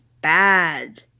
bad